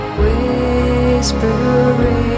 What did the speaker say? whispering